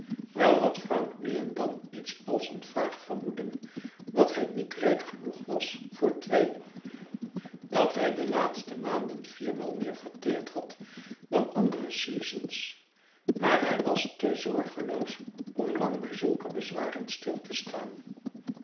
wel had frank nu en dan iets als een vaag vermoeden dat hij niet rijk genoeg was voor twee dat hij de laatste maanden viermaal meer verteerd had dan andere seasons maar hij was te zorgeloos om lang bij zulke bezwaren stil te staan